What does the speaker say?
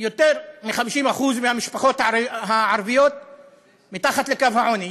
שיותר מ-50% מהמשפחות הערביות הן מתחת לקו העוני,